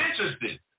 interested